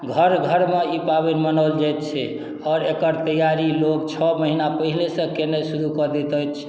घर घर मे ई पाबनि मनायल जाइ छै आओर एकर तैयारी लोग छओ महीना पहिले सँ केनाइ शुरू कए दैत अछि